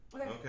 okay